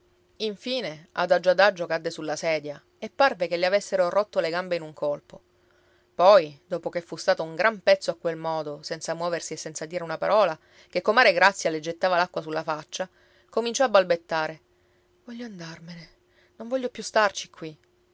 infine adagio adagio cadde sulla sedia e parve che le avessero rotto le gambe in un colpo poi dopo che fu stata un gran pezzo a quel modo senza muoversi e senza dire una parola che comare grazia le gettava l'acqua sulla faccia cominciò a balbettare voglio andarmene non voglio starci più qui